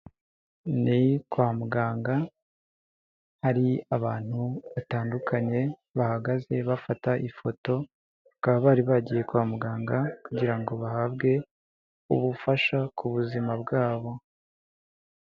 Ni kwa muganga hari abantu batandukanye bahagaze bafata ifoto, bakaba bari bagiye kwa muganga kugira ngo bahabwe ubufasha ku buzima bwabo.